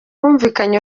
humvikanye